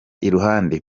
iruhande